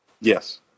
Yes